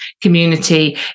community